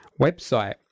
website